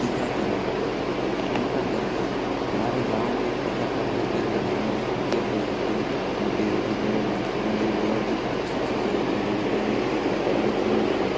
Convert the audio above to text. टीकाकारण टीकाकरण हमारे गाँव में टीकाकरण केन्द्र उन्नीस के बेहद ही बेहद ही बड़े लाभ हैं और बेहद ही अच्छी चीज है कि हमारे गाँव में टीकाकरण केन्द्र है